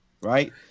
right